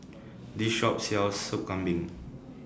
This Shop sells Sup Kambing